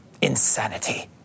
insanity